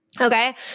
Okay